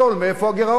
מאיפה הגירעון?